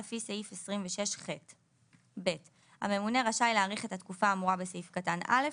לפי סעיף 26ח. הממונה רשאי להאריך את התקופה האמורה בסעיף קטן (א),